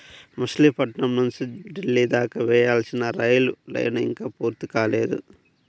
మచిలీపట్నం నుంచి ఢిల్లీ దాకా వేయాల్సిన రైలు లైను ఇంకా పూర్తి కాలేదు